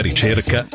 Ricerca